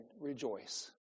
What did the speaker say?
rejoice